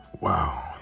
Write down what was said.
Wow